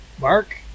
mark